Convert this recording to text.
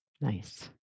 Nice